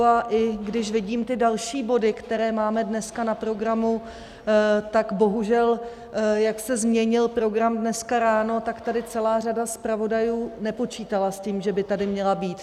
A i když vidím ty další body, které máme dneska na programu, tak bohužel, jak se změnil program dneska ráno, celá řada zpravodajů nepočítala s tím, že by tady měla být.